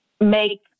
make